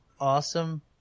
awesome